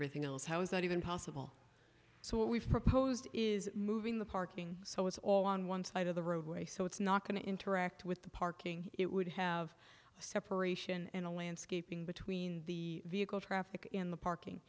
everything else how is that even possible so what we've proposed is moving the parking so it's all on one side of the roadway so it's not going to interact with the parking it would have a separation and a landscaping between the vehicle traffic in the parking